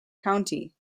county